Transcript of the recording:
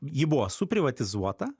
ji buvo suprivatizuota